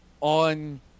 on